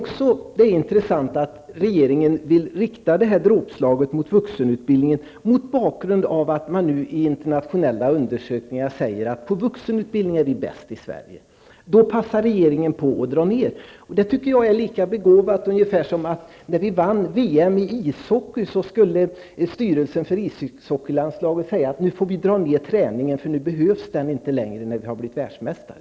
Att regeringen vill rikta detta dråpslag mot vuxenutbildningen är också intressant mot bakgrund av att man nu i internationella undersökningar säger att vi i Sverige är de som är bäst på vuxenutbildning. Då passar regeringen på att dra ner. Jag tycker att det är ungefär lika begåvat som att ledningen för ishockeylandslaget skulle säga så här, om vi vinner VM i ishockey: Nu får vi dra ned på träningen, för den behövs inte längre när vi har blivit världsmästare.